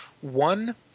One